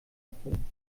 erfüllen